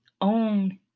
own